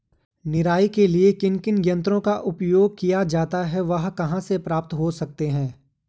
निराई के लिए किन किन यंत्रों का उपयोग किया जाता है वह कहाँ प्राप्त हो सकते हैं?